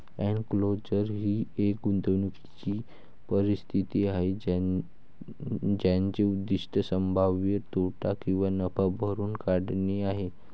enclosure ही एक गुंतवणूकीची परिस्थिती आहे ज्याचे उद्दीष्ट संभाव्य तोटा किंवा नफा भरून काढणे आहे